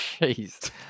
Jeez